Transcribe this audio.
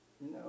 No